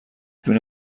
دونه